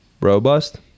robust